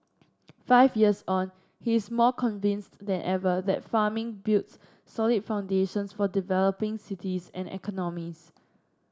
five years on he is more convinced than ever that farming builds solid foundations for developing cities and economies